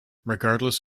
regardless